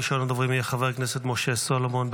ראשון הדוברים יהיה חבר הכנסת משה סולומון.